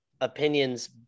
opinions